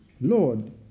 Lord